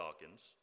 Dawkins